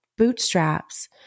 bootstraps